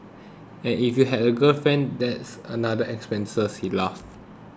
and if you have a girlfriend that's another expense he laughs